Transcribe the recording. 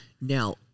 Now